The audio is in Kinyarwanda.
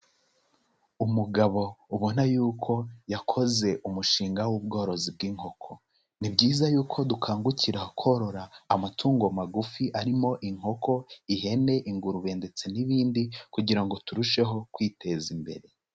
Umugabo ubona yuko yakoze umushinga w'ubworozi bw'inkoko, ni byiza yuko dukangukira korora amatungo magufi arimo inkoko, ihene, ingurube ndetse n'ibindi kugira ngo turusheho kwiteza imbere.